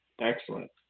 Excellent